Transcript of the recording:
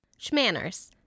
Schmanners